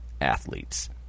athletes